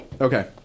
okay